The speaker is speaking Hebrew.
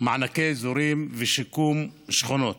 מענקי אזורים ושיקום שכונות.